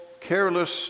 careless